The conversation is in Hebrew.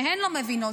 שהן לא מבינות,